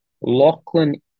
Lachlan